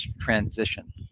transition